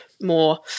more